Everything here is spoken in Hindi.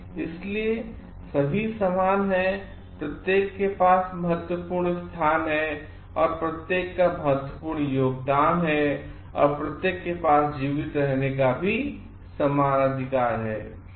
इसलिए सभीसमान हैंऔर प्रत्येक के पास महत्वपूर्ण स्थान है और प्रत्येक का महत्वपूर्ण योगदान है और प्रत्येक के पास जीवित रहने का भी समान अधिकार है